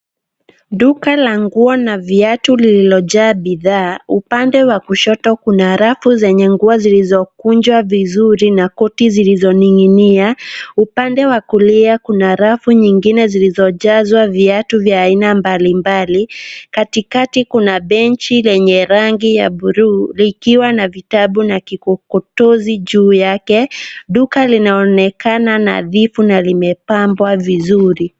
Duka la nguo na viatu lililojaa bidhaa, upande wa kushoto kuna rafu zenye nguo zilizokunjwa vizuri na koti zilizoning'inia. Upande wa kulia kuna rafu nyingine zilizojazwa viatu vya aina mbalimbali. Katikati kuna benchi lenye rangi ya bluu likiwa na vitabu na kikokotozi juu yake. Duka linaonekana nadhifu na limepambwa vizuri.